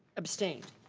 abstained?